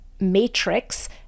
matrix